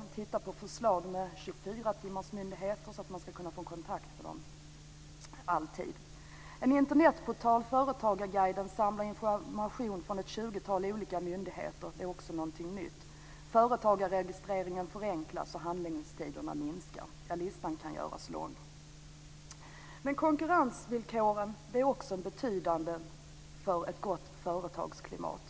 Man tittar på förslag om 24 timmarsmyndigheter, som det alltid ska gå att få kontakt med. En Internetportal - Företagarguiden - samlar information från ett 20-tal olika myndigheter. Det är också någonting nytt. Företagarregistreringen förenklas, och handlingstiderna minskar. Listan kan göras lång. Konkurrensvillkoren är också betydande för ett gott företagsklimat.